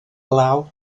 glaw